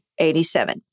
87